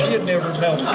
had never